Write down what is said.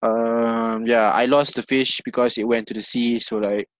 um yeah I lost the fish because it went to the sea so like